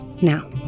Now